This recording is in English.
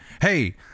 Hey